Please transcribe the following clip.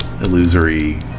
illusory